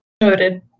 Noted